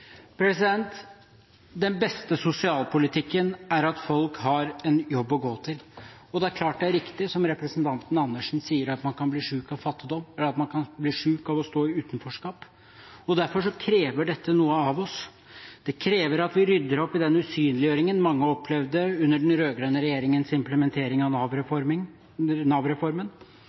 Den beste sosialpolitikken er at folk har en jobb å gå til. Det er klart det er riktig, som representanten Andersen sier, at man kan bli syk av fattigdom, eller at man kan bli syk av å stå i utenforskap. Derfor krever dette noe av oss. Det krever at vi rydder opp i den usynliggjøringen mange opplevde under den rød-grønne regjeringens implementering av